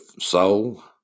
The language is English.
soul